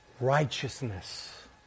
righteousness